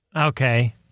Okay